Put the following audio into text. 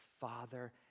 father